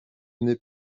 n’est